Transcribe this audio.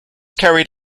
carried